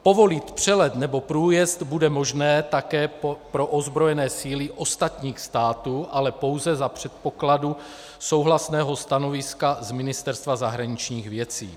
Povolit přelet nebo průjezd bude možné také pro ozbrojené síly ostatních států, ale pouze za předpokladu souhlasného stanoviska z Ministerstva zahraničních věcí.